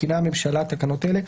מתקינה הממשלה תקנות אלה: